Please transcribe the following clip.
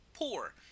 Poor